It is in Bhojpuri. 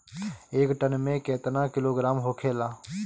एक टन मे केतना किलोग्राम होखेला?